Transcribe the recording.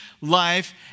life